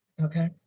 Okay